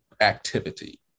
activity